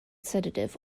sedative